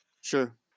Sure